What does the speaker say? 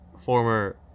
former